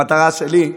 המטרה שלי היא,